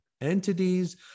entities